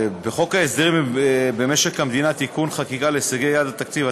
בחוק ההסדרים במשק המדינה (תיקוני חקיקה להשגת יעדי התקציב),